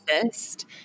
exist